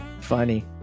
funny